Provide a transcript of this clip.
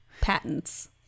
patents